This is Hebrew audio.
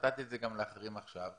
נתתי את זה גם לאחרים עכשיו.